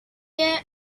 gear